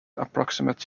approximate